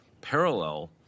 parallel